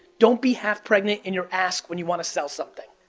don't be half-pregnant in your ask when you want to sell something.